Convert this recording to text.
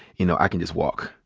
you know, i can just walk.